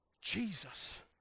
Jesus